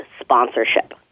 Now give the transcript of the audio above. sponsorship